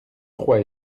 trois